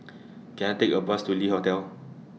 Can I Take A Bus to Le Hotel